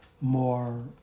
more